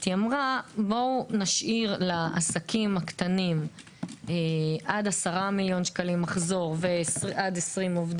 ועד 20 עובדים נשאיר להם בלי עיצומים ובלי דיווחים וכדומה,